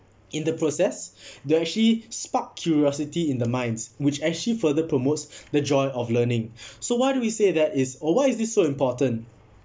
in the process they'll actually spark curiousity in the minds which actually further promotes the joy of learning so why do we say that is or why is this so important